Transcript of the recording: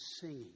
singing